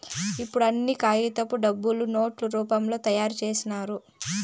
ఇప్పుడు అన్ని కాగితపు డబ్బులు నోట్ల రూపంలో తయారు చేసినారు